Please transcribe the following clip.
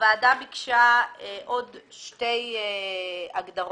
הוועדה ביקשה עוד שתי הגדרות.